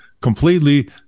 completely